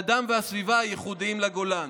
האדם והסביבה הייחודיים לגולן."